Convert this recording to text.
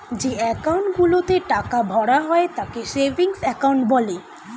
যে অ্যাকাউন্ট গুলোতে টাকা ভরা হয় তাকে সেভিংস অ্যাকাউন্ট বলে